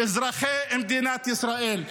אזרחי מדינת ישראל.